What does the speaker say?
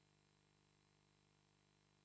Grazie